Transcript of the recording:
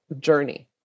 journey